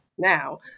Now